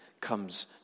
comes